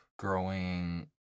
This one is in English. Growing